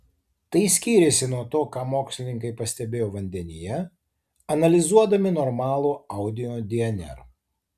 tai skyrėsi nuo to ką mokslininkai pastebėjo vandenyje analizuodami normalų audinio dnr